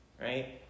right